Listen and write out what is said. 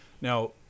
Now